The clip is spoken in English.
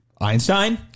Einstein